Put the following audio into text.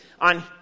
on